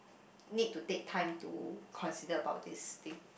need to take time to consider about this thing